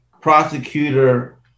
prosecutor